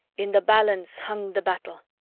in the balance hung the battle.